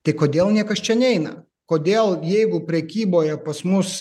tai kodėl niekas čia neina kodėl jeigu prekyboje pas mus